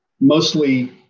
mostly